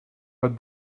but